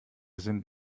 sind